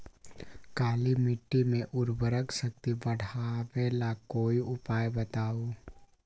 काली मिट्टी में उर्वरक शक्ति बढ़ावे ला कोई उपाय बताउ?